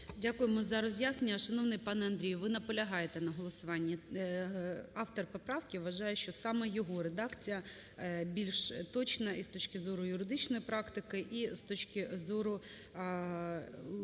Дякуємо за роз'яснення. Шановний пане Андрію, ви наполягаєте на голосуванні? Автор поправки вважає, що саме його редакція більш точна і з точки зору юридичної практики, і з точки зору лексичного